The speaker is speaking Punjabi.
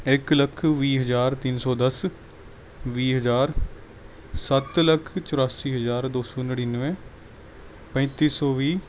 ਇੱਕ ਲੱਖ ਵੀਹ ਹਜ਼ਾਰ ਤਿੰਨ ਸੌ ਦਸ ਵੀਹ ਹਜ਼ਾਰ ਸੱਤ ਲੱਖ ਚੁਰਾਸੀ ਹਜ਼ਾਰ ਦੋ ਸੌ ਨੜਿਨਵੇਂ ਪੈਂਤੀ ਸੌ ਵੀਹ